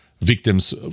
victims